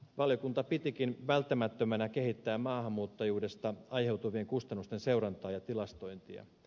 valiokunta pitikin välttämättömänä kehittää maahanmuuttajuudesta aiheutuvien kustannusten seurantaa ja tilastointia